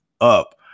up